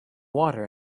water